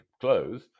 clothes